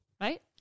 right